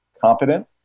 competent